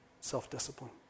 self-discipline